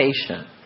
patient